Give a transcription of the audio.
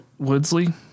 Woodsley